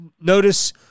notice